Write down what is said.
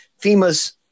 FEMA's